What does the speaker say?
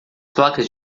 placas